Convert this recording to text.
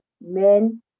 men